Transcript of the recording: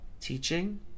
teaching